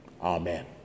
Amen